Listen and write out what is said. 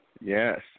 Yes